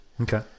Okay